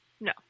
No